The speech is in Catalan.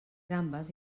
gambes